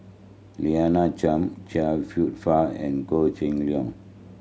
Lina Chiam Chia Kwek Fah and Koh Seng Leong